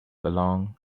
along